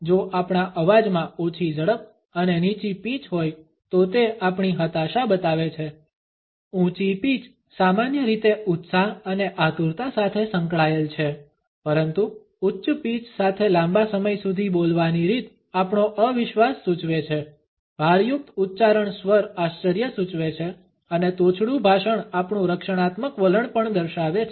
જો આપણા અવાજમાં ઓછી ઝડપ અને નીચી પીચ હોય તો તે આપણી હતાશા બતાવે છે ઊંચી પીચ સામાન્ય રીતે ઉત્સાહ અને આતુરતા સાથે સંકળાયેલ છે પરંતુ ઉચ્ચ પીચ સાથે લાંબા સમય સુધી બોલવાની રીત આપણો અવિશ્વાસ સૂચવે છે ભારયુક્ત ઉચ્ચારણ સ્વર આશ્ચર્ય સૂચવે છે અને તોછડું ભાષણ આપણું રક્ષણાત્મક વલણ પણ દર્શાવે છે